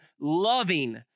loving